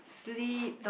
sleep